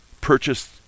purchased